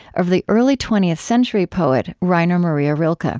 of the early twentieth century poet rainer maria rilke.